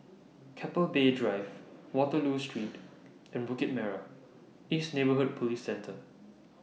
Keppel Bay Drive Waterloo Street and Bukit Merah East Neighbourhood Police Centre